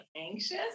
anxious